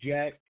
Jack